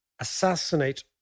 assassinate